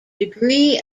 degree